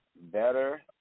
better